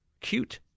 cute